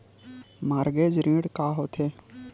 Mortgage ऋण का होथे?